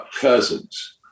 cousins